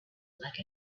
like